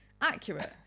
accurate